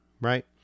right